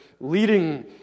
leading